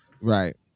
Right